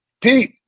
Pete